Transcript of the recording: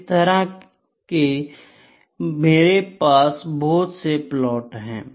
इस तरह के मेरे पास बहुत से प्लॉट हैं